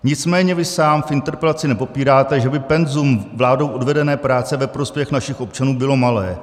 Nicméně vy sám v interpelaci nepopíráte, že by penzum vládou odvedené práce ve prospěch našich občanů bylo malé.